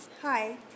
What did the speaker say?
Hi